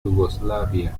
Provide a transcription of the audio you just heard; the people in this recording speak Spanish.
yugoslavia